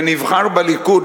ונבחר בליכוד,